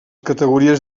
categories